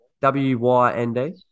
W-Y-N-D